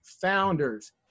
founders